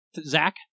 Zach